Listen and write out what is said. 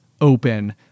open